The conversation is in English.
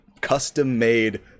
custom-made